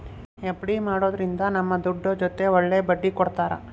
FD ಮಾಡೋದ್ರಿಂದ ನಮ್ ದುಡ್ಡು ಜೊತೆ ಒಳ್ಳೆ ಬಡ್ಡಿ ಕೊಡ್ತಾರ